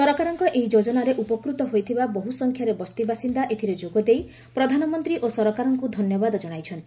ସରକାରଙ୍କ ଏହି ଯୋଜନାରେ ଉପକୃତ ହୋଇଥିବା ବହୁସଂଖ୍ୟାରେ ବସ୍ତିବାସିନ୍ଦା ଏଥିରେ ଯୋଗଦେଇ ପ୍ରଧାନମନ୍ତ୍ରୀ ଓ ସରକାରଙ୍କୁ ଧନ୍ୟବାଦ ଜଣାଇଛନ୍ତି